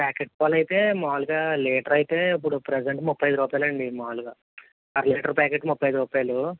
packet పాలు అయితే మామూలుగా లీటర్ అయితే ఇప్పుడు ప్రెసెంట్ ముప్పై ఐదు రూపాయలు అండి మామూలుగా అర లీటర్ ప్యాకెట్ ముప్పై ఐదు రూపాయలు